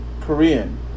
Korean